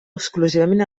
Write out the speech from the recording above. exclusivament